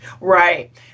Right